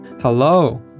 Hello